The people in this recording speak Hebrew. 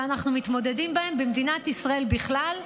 שאנחנו מתמודדים איתם במדינת ישראל בכלל,